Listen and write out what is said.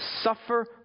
suffer